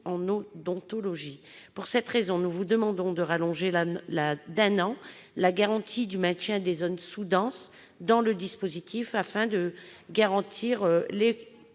en odontologie. Pour cette raison, nous vous demandons de prolonger d'un an la garantie du maintien des zones sous-denses dans le dispositif, afin d'assurer